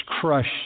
crushed